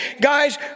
guys